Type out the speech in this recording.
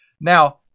Now